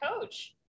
coach